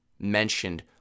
mentioned